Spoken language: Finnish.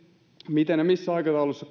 miten ja missä aikataulussa